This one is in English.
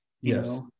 yes